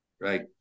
right